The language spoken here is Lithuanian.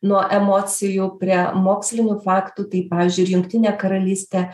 nuo emocijų prie mokslinių faktų tai pavyzdžiui ir jungtinė karalystė